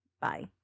Bye